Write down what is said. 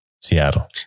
Seattle